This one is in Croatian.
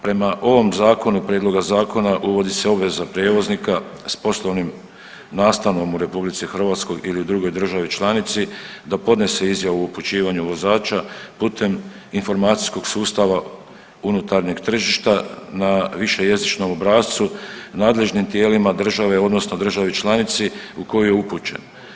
Prema ovom Zakonu i prijedlog zakona, uvodi se obveza prijevoznika s poslovnim nastanom u RH ili drugoj državi članici da podnese izjavu o upućivanju vozača putem informacijskog sustava unutarnjeg tržišta na višejezičnom obrascu nadležnim tijelima države odnosno državi članici u kojoj je upućen.